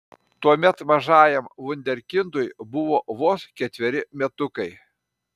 tuomet mažajam vunderkindui buvo vos ketveri metukai